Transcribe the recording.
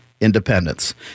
independence